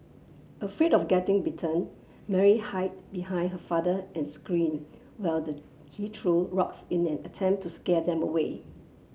afraid of getting bitten Mary hide behind her father and screamed while the he threw rocks in an attempt to scare them away